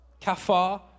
kafar